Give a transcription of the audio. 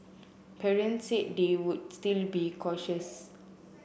parents said they would still be cautious